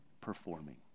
performing